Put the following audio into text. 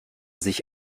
sich